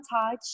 touch